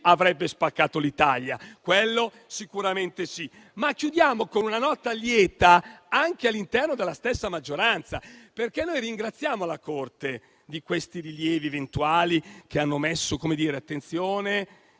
avrebbe spaccato l'Italia, quello sicuramente sì. Chiudiamo con una nota lieta all'interno della stessa maggioranza: noi ringraziamo la Corte di questi rilievi eventuali, che hanno indicato dei binari